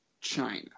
China